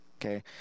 okay